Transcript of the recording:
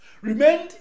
remained